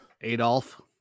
adolf